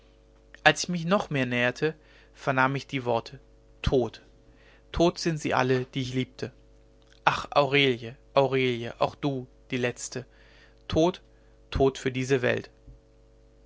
als ich mich noch mehr näherte vernahm ich die werte tot tot sind sie alle die ich liebte ach aurelie aurelie auch du die letzte tot tot für diese welt